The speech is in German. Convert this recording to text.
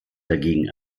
dagegen